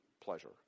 pleasure